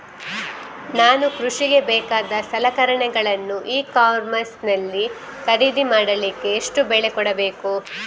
ನಾನು ಕೃಷಿಗೆ ಬೇಕಾದ ಸಲಕರಣೆಗಳನ್ನು ಇ ಕಾಮರ್ಸ್ ನಲ್ಲಿ ಖರೀದಿ ಮಾಡಲಿಕ್ಕೆ ಎಷ್ಟು ಬೆಲೆ ಕೊಡಬೇಕು?